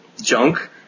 junk